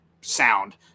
sound